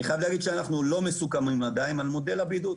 אני חייב להגיד שאנחנו לא מסוכמים עדיין על מודל הבידוד,